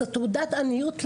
זו תעודת עניות לנו,